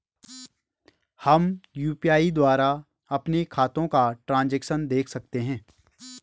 हम यु.पी.आई द्वारा अपने खातों का ट्रैन्ज़ैक्शन देख सकते हैं?